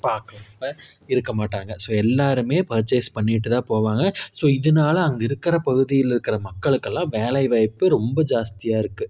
பாக்காமல் இருக்க மாட்டாங்க ஸோ எல்லாருமே பர்ச்சேஸ் பண்ணிட்டு தான் போவாங்க ஸோ இதனால அங்கே இருக்கிற பகுதியில் இருக்கிற மக்களுக்கெல்லாம் வேலை வாய்ப்பு ரொம்ப ஜாஸ்தியாக இருக்குது